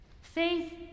Faith